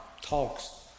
talks